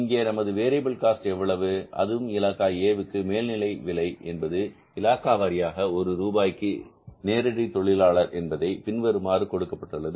இங்கே நமது variable cost எவ்வளவு அதுவும் இலாகா A வுக்கு மேல்நிலை விலை என்பது இலாகா வாரியாக ஒரு ரூபாய்க்கு நேரடி தொழிலாளர் என்பதை பின்வருமாறு கொடுக்கப்பட்டுள்ளது